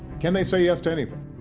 can they say yes to anything?